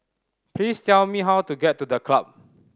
please tell me how to get to The Club